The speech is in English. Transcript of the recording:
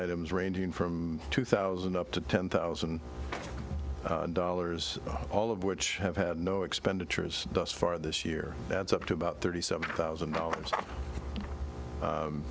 items ranging from two thousand up to ten thousand dollars all of which have had no expenditures thus far this year that's up to about thirty seven thousand dollars